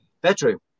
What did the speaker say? bedroom